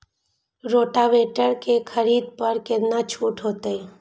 Rotavator के खरीद पर केतना छूट होते?